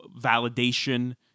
validation